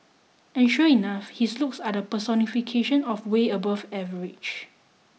and sure enough his looks are the personification of way above average